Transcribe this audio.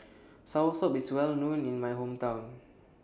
Soursop IS Well known in My Hometown